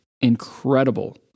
incredible